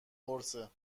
قرصه